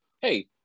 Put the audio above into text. hey